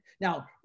Now